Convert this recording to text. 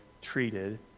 treated